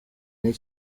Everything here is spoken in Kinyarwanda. n’i